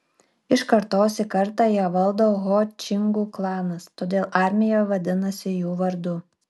iš kartos į kartą ją valdo ho čingų klanas todėl armija vadinasi jų vardu